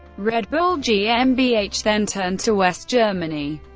red bull gmbh then turned to west germany.